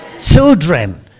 children